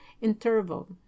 interval